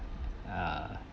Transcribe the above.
err